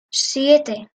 siete